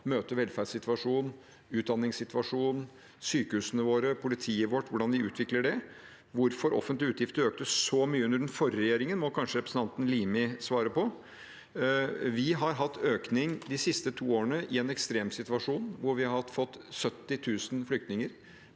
møte velferdssituasjonen, utdanningssituasjonen, sykehusene våre, politiet vårt og hvordan vi utvikler det. Hvorfor offentlige utgifter økte så mye under den forrige regjeringen, må kanskje representanten Limi svare på. Vi har hatt økning de to siste årene i en ekstremsituasjon, hvor vi har fått 70 000 flyktninger.